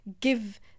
give